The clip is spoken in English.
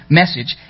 message